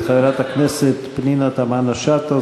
את חברת הכנסת פנינה תמנו-שטה,